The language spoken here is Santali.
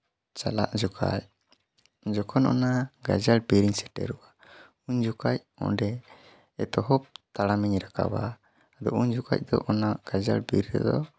ᱪᱟᱞᱟᱜ ᱡᱚᱠᱷᱟᱡ ᱡᱚᱠᱷᱚᱱ ᱚᱱᱟ ᱜᱟᱹᱡᱟᱲ ᱵᱤᱨ ᱤᱧ ᱥᱮᱴᱮᱨᱚᱜᱼᱟ ᱩᱱ ᱡᱚᱠᱷᱟᱡ ᱚᱸᱰᱮ ᱮᱛᱚᱦᱚᱵ ᱛᱟᱲᱟᱢᱤᱧ ᱨᱟᱠᱟᱵᱟ ᱟᱫᱚ ᱩᱱ ᱡᱚᱠᱷᱟᱡ ᱫᱚ ᱚᱱᱟ ᱜᱟᱡᱟᱲ ᱵᱤᱨ ᱨᱮᱫᱚ